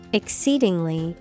exceedingly